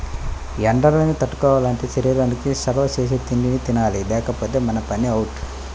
ఎండల్ని తట్టుకోవాలంటే శరీరానికి చలవ చేసే తిండినే తినాలి లేకపోతే మన పని అవుటే